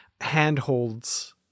handholds